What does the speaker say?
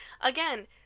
again